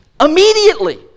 immediately